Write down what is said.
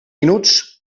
minuts